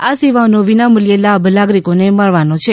આ સેવાઓનો વિનામૂલ્યે લાભ નાગરિકોને મળવાનો છે